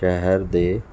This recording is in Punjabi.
ਸ਼ਹਿਰ ਦੇ